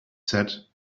said